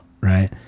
right